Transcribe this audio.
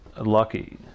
Lucky